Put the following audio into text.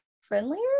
friendlier